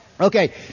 Okay